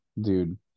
Dude